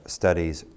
studies